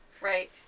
Right